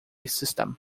system